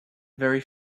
very